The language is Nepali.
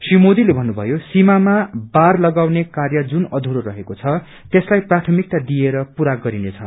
री मोदीले भन्नुभयो सिमामा बार लागाउनू कार्य जुन अयुरो रहेको छ त्यसलाई प्राथमिकता दिइएर पुरा गरिनेछ